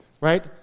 Right